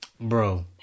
Bro